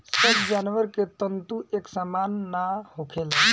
सब जानवर के तंतु एक सामान ना होखेला